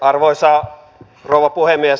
arvoisa rouva puhemies